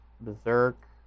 Berserk